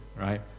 right